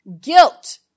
guilt